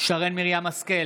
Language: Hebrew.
שרן מרים השכל,